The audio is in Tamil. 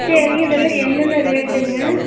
சரிங்க இதெல்லாம் என்னென்ன ரேட்டுங்க